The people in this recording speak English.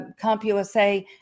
CompUSA